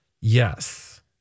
Yes